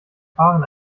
fahren